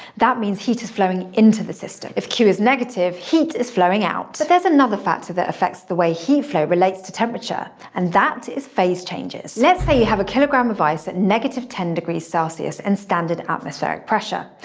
that means heat is flowing into the system. if q is negative, the heat is flowing out. but there's another factor that affects the way heat flow relates to temperature. and that is phase changes. let's say you have a kilogram of ice at ten degrees celsius and standard atmospheric pressure.